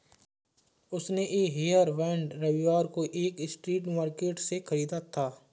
उसने ये हेयरबैंड रविवार को एक स्ट्रीट मार्केट से खरीदा था